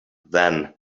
then